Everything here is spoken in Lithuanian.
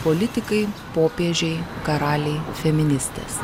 politikai popiežiai karaliai feministės